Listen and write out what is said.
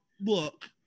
look